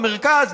במרכז,